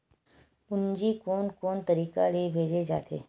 पूंजी कोन कोन तरीका ले भेजे जाथे?